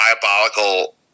diabolical